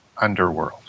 underworld